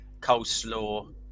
coleslaw